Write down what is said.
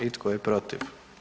I tko je protiv?